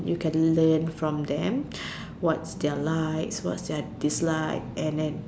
you can learn from them what's their like what's their dislike and then